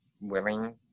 willing